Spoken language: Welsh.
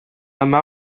yma